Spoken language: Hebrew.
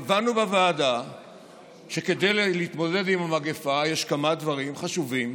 קבענו בוועדה שכדי להתמודד עם המגפה יש כמה דברים חשובים